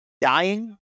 dying